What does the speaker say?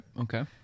okay